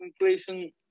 inflation